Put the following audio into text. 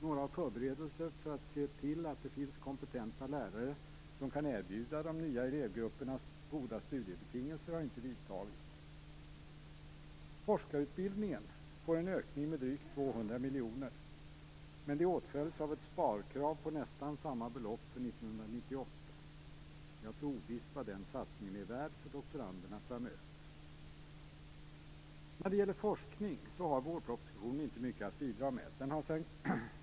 Någon förberedelse för att se till att det finns kompetenta lärare som kan erbjuda de nya elevgrupperna goda studiebetingelser har inte vidtagits. miljoner. Men det åtföljs av ett sparkrav på nästan samma belopp för 1998. Det är alltså ovisst vad den satsningen är värd för doktoranderna framöver. När det gäller forskning har vårpropositionen inte mycket att bidra med.